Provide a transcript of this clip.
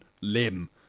limb